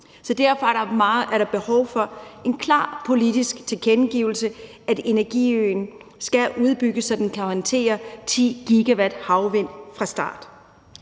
derfor er der behov for en klar politisk tilkendegivelse af, at energiøen skal udbygges, så den kan håndtere 10 GW havvind fra starten.